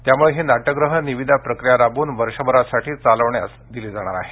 त्यामुळे ही नाट्यगृहे निविदा प्रक्रिया राबवून वर्षभरासाठी चालविण्यास दिली जाणार आहेत